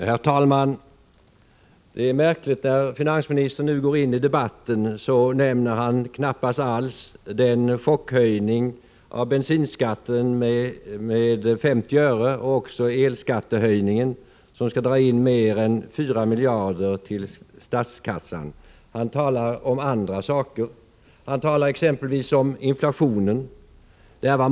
Herr talman! Det är märkligt att finansministern, när han nu går in i debatten, knappast alls nämner chockhöjningen med 50 öre av bensinskatten eller elskattehöjningen, som skall dra in mer än 4 miljarder till statskassan. Han talar om andra saker. Finansministern talar exempelvis om inflationen.